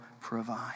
provide